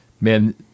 man